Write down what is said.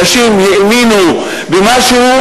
אנשים האמינו במשהו,